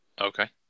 Okay